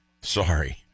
sorry